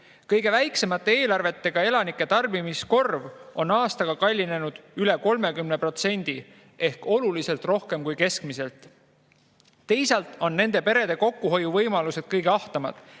Kõige väiksemate eelarvetega elanike tarbimiskorv on aastaga kallinenud üle 30% ehk oluliselt rohkem kui keskmiselt. Teisalt on nende perede kokkuhoiuvõimalused kõige ahtamad,